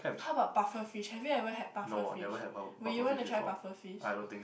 how about pufferfish have you ever had pufferfish will you want to try pufferfish